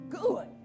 good